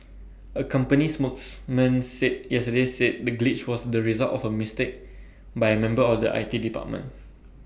A company spokesman said yesterday said the glitch was the result of A mistake by A member of the I T department